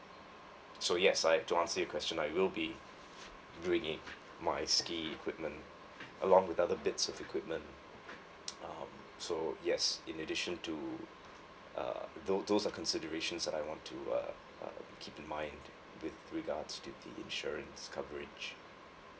so yes I'd to ask your question I will be bringing my ski equipment along with other bits of equipment um so yes in addition to uh those those are considerations I want to uh uh keep in mind with regards to the insurance coverage